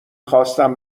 خواستم